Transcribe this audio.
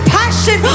passion